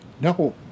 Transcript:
No